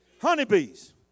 Honeybees